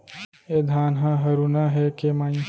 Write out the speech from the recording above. ए धान ह हरूना हे के माई?